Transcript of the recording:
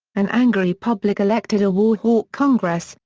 an angry public elected a war hawk congress,